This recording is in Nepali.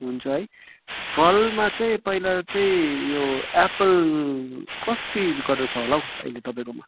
हुन्छ है फलमा चाहिँ पहिला चाहिँ यो एप्पल कति गरेर छ होला हौ अहिले तपाईँकोमा